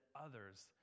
others